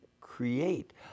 create